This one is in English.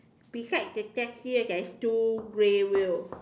beside the taxi there is two grey wheel